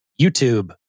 YouTube